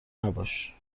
نباش